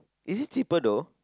is it cheaper though